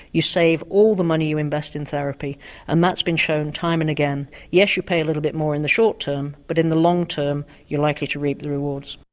you save all the money you invest in therapy and that's been shown time and again. yes, you pay a little bit more in the short term but in the long term you're likely to reap the rewards.